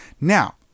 Now